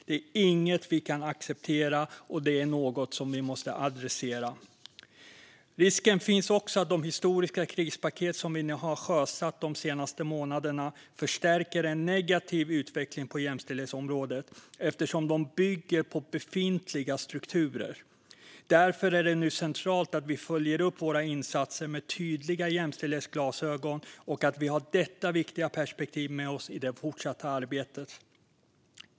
Det är inget vi kan acceptera, utan det är något vi måste adressera. Risken finns också att de historiska krispaket som vi har sjösatt de senaste månaderna förstärker en negativ utveckling på jämställdhetsområdet eftersom de bygger på befintliga strukturer. Därför är det centralt att vi nu följer upp våra insatser med tydliga jämställdhetsglasögon på och att vi har detta viktiga perspektiv med oss i det fortsatta arbetet.